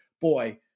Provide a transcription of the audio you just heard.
boy